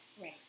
Right